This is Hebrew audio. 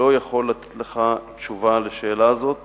אני לא יכול לתת לך תשובה על השאלה הזאת